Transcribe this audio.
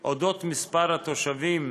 על מספר התושבים